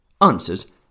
Answers